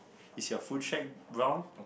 is your food shack brown